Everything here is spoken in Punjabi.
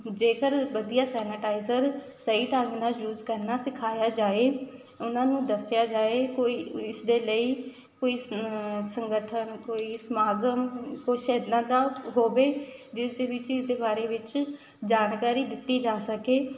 ਜੇਕਰ ਵਧੀਆ ਸੈਨਾਟਾਈਜ਼ਰ ਸਹੀ ਢੰਗ ਨਾਲ ਯੂਜ਼ ਕਰਨਾ ਸਿਖਾਇਆ ਜਾਏ ਉਹਨਾਂ ਨੂੰ ਦੱਸਿਆ ਜਾਏ ਕੋਈ ਇਸਦੇ ਲਈ ਕੋਈ ਸੰਗਠਨ ਕੋਈ ਸਮਾਗਮ ਕੁਝ ਇੱਦਾਂ ਦਾ ਹੋਵੇ ਜਿਸ ਦੇ ਵਿੱਚ ਇਸਦੇ ਬਾਰੇ ਵਿੱਚ ਜਾਣਕਾਰੀ ਦਿੱਤੀ ਜਾ ਸਕੇ